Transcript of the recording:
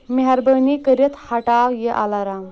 مہربٲنی کٔرِتھ ہٹاو یِہ الارام